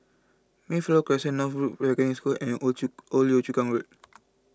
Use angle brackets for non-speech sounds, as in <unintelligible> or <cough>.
Mayflower Crescent North <unintelligible> School and Old Yio Old Yio Chu Kang Road